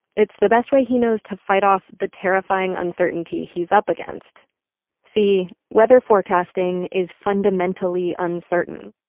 it's the best way he knows to fight off the terrifying uncertainty he's up against see, weather forecasting is fundamentally uncertain.